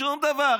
שום דבר.